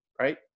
right